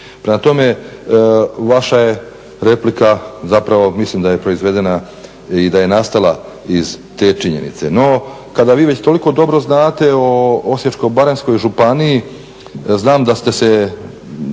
prema tome vaša je replika zapravo, mislim da je proizvedena i da je nastala iz te činjenice. No, kada vi već toliko znate o Osječko-baranjskoj županiji, znam da ste se